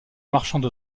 marchands